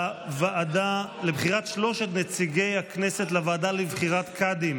לוועדה לבחירת שלושת נציגי הכנסת לוועדה לבחירת קאדים